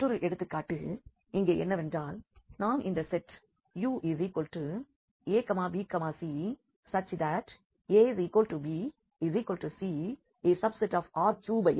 மற்றொரு எடுத்துக்காட்டு இங்கே என்னவென்றால் நாம் இந்த செட் UabcabcR3 ஐ எடுத்தால் இது R3யின் சப்ஸ்பேஸ் ஆகும்